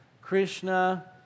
Krishna